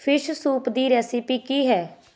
fish soup ਦੀ recipe ਕੀ ਹੈ